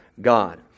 God